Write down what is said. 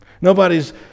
Nobody's